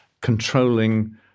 controlling